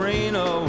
Reno